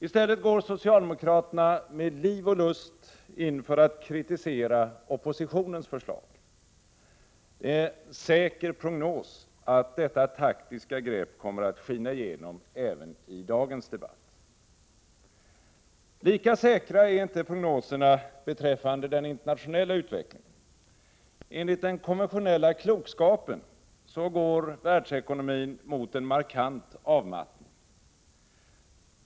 I stället går socialdemokraterna med liv och lust in för att kritisera oppositionens förslag. Det är en säker prognos att detta taktiska grepp kommer att skina igenom även i dagens debatt. Lika säkra är inte prognoserna beträffande den internationella utvecklingen. Enligt den konventionella klokskapen går världsekonomin mot en markant avmattning.